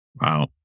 Wow